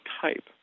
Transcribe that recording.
type